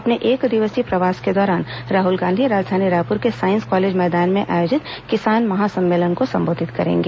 अपने एक दिवसीय प्रवास के दौरान राहुल गांधी राजधानी रायपुर के साईस कालेज मैदान में आयोजित किसान महासम्मेलन को संबोधित करेंगे